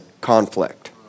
conflict